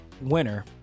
winner